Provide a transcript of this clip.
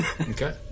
okay